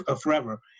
forever